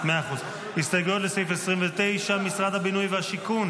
הסתייגויות לסעיף 29, משרד הבינוי והשיכון,